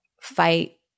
fight